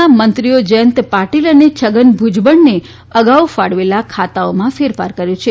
ના મંત્રીઓ જયંત પાટીલ તથા છગન ભુજબળને અગાઉ ફાળવેલા ખાતાઓમાં ફેરફાર કર્યો છે